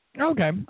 Okay